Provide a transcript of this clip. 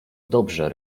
dobrze